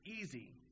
easy